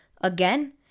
again